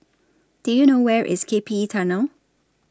Do YOU know Where IS K P E Tunnel